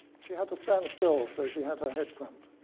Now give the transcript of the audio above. she had to stand still, so she had her head clamped,